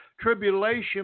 tribulation